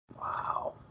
Wow